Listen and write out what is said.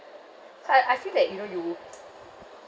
so I I feel like you know you